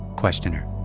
questioner